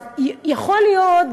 יכול להיות,